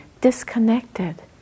disconnected